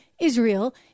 Israel